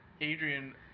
Adrian